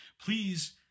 Please